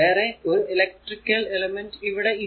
വേറെ ഒരു electrical element ഇവിടെ ഇല്ല